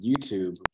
YouTube